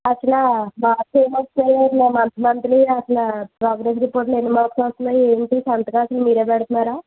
అసలు ఆ బాబుకి ఎం వచ్చాయో మంత్ మంత్లీ అసలు ఆ ప్రోగ్రస్ రిపోర్ట్లో ఎన్ని మర్క్స్ వస్తున్నాయో ఏంటీ సంతకం అసలు మీరే పెడుతున్నారా